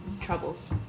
troubles